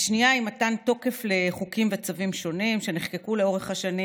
השנייה היא מתן תוקף לחוקים וצווים שונים שנחקקו לאורך השנים